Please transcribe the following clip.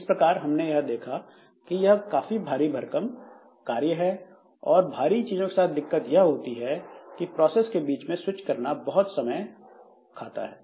इस प्रकार हमने देखा कि यह काफी भारी भरकम है और भारी चीजों के साथ दिक्कत यह है कि प्रोसेस के बीच में स्विच करना बहुत समय खाता है